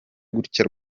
gutya